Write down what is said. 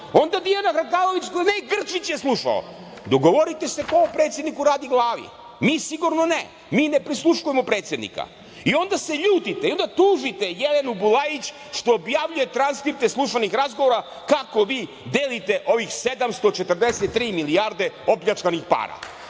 onda Dijana kaže, ne, Grčić je slušao. Dogovorite se ko predsedniku radi o glavi, mi sigurno ne, mi ne prisluškujemo predsednika. Onda se ljutite i tužite Jelenu Bulajić što objavljuje transkripte slušanih razgovora, kako vi delite ovih 743 milijarde opljačkanih para